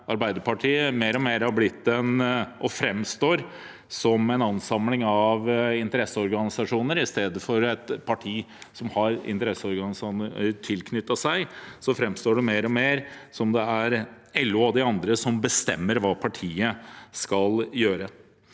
Arbeiderpartiet mer og mer har blitt og framstår som en ansamling av interesseorganisasjoner. I stedet for et parti som har interesseorganisasjoner tilknyttet seg, framstår det mer og mer som om det er LO og de andre som bestemmer hva partiet skal gjøre.